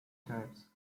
types